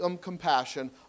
compassion